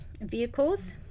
vehicles